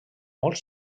molt